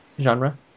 genre